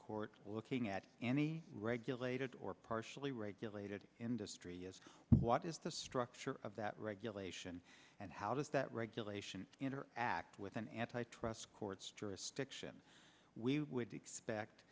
court looking at any regulated or partially regulated industry is what is the structure of that regulation and how does that regulation in or act with an antitrust court's jurisdiction we would expect